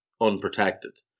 unprotected